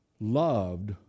loved